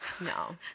No